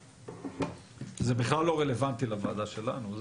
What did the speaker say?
זה בכלל לא רלוונטי לוועדה שלנו.